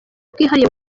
bwihariye